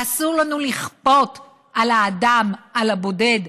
אסור לנו לכפות על האדם, על הבודד,